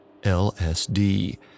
LSD